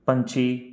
ਪੰਛੀ